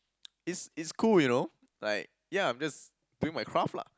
it's it's cool you know like yeah I'm just doing my craft lah